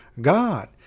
God